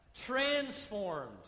Transformed